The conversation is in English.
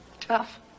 Tough